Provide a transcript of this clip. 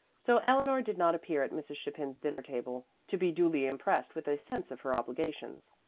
so eleanor did not appear at mrs. chapin's dinner-table to be duly impressed with a sense of her obligations.